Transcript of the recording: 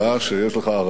שיש לך ערכים,